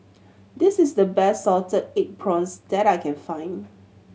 this is the best salted egg prawns that I can find